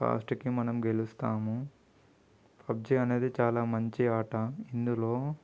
లాస్ట్కి మనం గెలుస్తాము పబ్జి అనేది చాలా మంచి ఆట ఇందులో